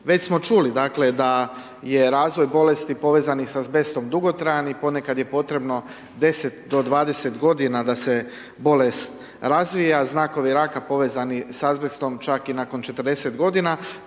već smo čuli dakle da je razvoj bolesti povezan i sa azbestom dugotrajan i ponekad je potrebno 10 do 20 godina da se bolest razvija. Znakovi raka povezani s azbestom čak i nakon 40 godina